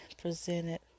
presented